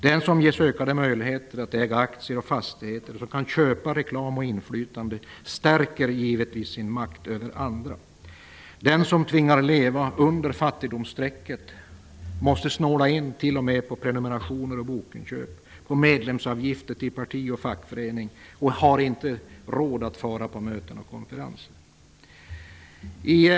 Den som ges ökade möjligheter att äga aktier och fastigheter och som kan köpa reklam och inflytande stärker givetvis sin makt över andra. Den som tvingas leva under fattigdomsstrecket måste snåla in till och med på prenumerationer och bokinköp, på medlemsavgifter till parti och fackförening och har inte råd att fara på möten och konferenser.